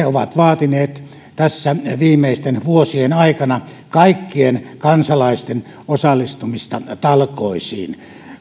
ovat vaatineet tässä viimeisten vuosien aikana kaikkien kansalaisten osallistumista talkoisiin